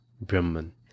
Brahman